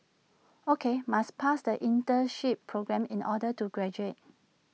O K must pass the internship programme in order to graduate